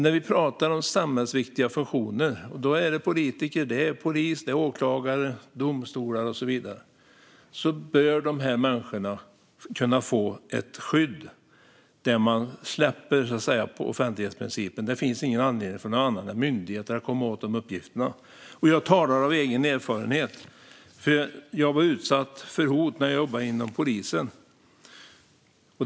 När det gäller samhällsviktiga funktioner som politiker, poliser, åklagare och domare bör dessa människor kunna få ett skydd där man så att säga släpper på offentlighetsprincipen. Det finns ingen anledning för någon annan än myndigheter att komma åt de här uppgifterna. Jag talar av egen erfarenhet. Jag var utsatt för hot när jag jobbade inom polisen.